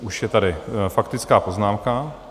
Už je tady faktická poznámka.